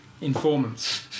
Informants